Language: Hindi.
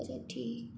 अच्छा ठीक